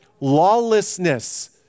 Lawlessness